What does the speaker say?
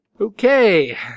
okay